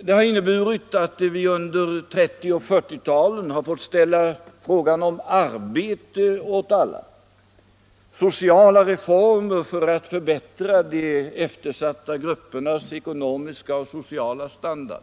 Det har inneburit att vi under 1930 och 1940-talen har fått sätta frågorna om arbete åt alla, sociala reformer för att förbättra de eftersatta gruppernas ekonomiska och sociala standard